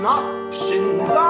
options